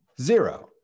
Zero